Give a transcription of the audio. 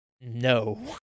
no